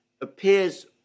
appears